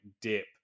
dip